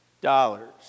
dollars